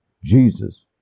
Jesus